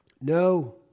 No